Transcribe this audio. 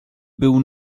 był